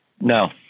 No